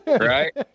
Right